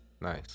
Nice